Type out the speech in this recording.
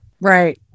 Right